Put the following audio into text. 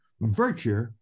Virtue